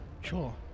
Sure